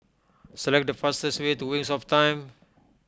select the fastest way to Wings of Time